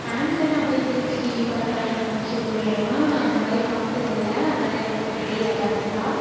ஆண்டனாவைத் திருப்பி டிவியை பார்த்த அனுபவம் பற்றி கூறுங்கள்னால் நான் அந்த மாதிரி பார்த்ததில்ல அதனால் எனக்குத் தெரியலை கரெக்டாக